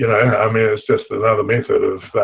and i mean it's just another method of.